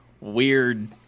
weird